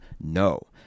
No